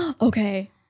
Okay